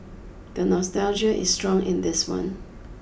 the nostalgia is strong in this one